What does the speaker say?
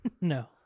No